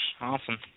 Awesome